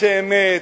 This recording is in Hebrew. אנשי אמת,